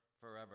forever